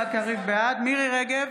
בעד מירי מרים רגב,